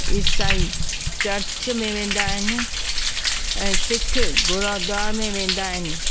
इसाई चर्च में वेन्दा आहिनि ऐं सिख गुरुद्वारे में वेंदा आहिनि